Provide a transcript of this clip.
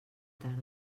tarda